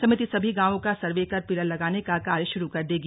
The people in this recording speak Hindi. समिति सभी गांवों का सर्वे कर पिलर लगाने का कार्य शुरू कर देगी